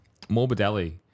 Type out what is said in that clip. Morbidelli